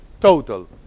total